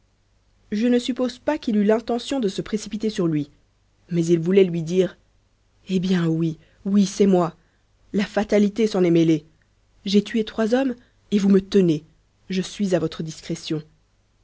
je ne suppose pas qu'il eût l'intention de se précipiter sur lui mais il voulait lui dire eh bien oui oui c'est moi la fatalité s'en est mêlée j'ai tué trois hommes et vous me tenez je suis à votre discrétion